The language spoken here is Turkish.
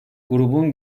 grubun